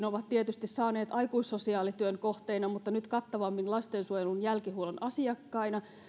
ovat siis tietysti saaneet aiemminkin aikuissosiaalityön kohteina mutta nyt kattavammin lastensuojelun jälkihuollon asiakkaina